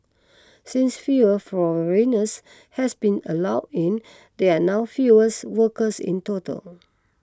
since fewer foreigners has been allowed in there are now workers in total